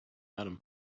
adam